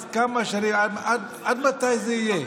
עד מתי זה יהיה?